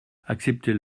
acceptez